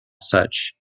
such